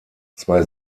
zwei